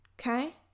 Okay